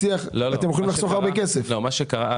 בסדר המשטרה, כמה עלתה לכם כל התוכנה הזאת?